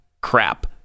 crap